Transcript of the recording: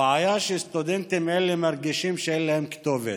הבעיה שסטודנטים אלה מרגישים שאין להם כתובת,